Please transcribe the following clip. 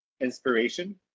inspiration